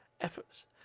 efforts